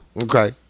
Okay